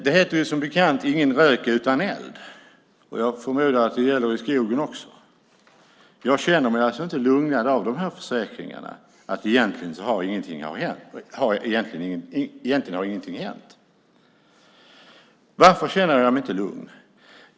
Det heter som bekant "ingen rök utan eld". Jag förmodar att det också gäller i skogen. Jag känner mig alltså inte lugnad av försäkringarna att ingenting egentligen har hänt. Varför känner jag mig inte lugn?